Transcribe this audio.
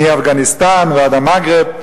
מאפגניסטן ועד המגרב,